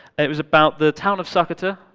it was about the town of sakata,